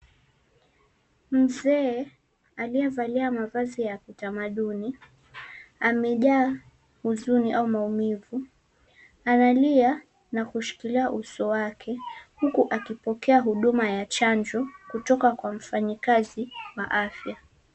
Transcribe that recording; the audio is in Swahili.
Mzee, aliyevalia mavazi ya kitamaduni, amejaa huzuni au maumivu. Analia na kushikilia uso wake, huku akipokea huduma ya chajo, kutoka kwa mfanyakazi wa afya.